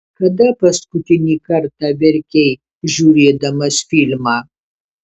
kada paskutinį kartą verkei žiūrėdamas filmą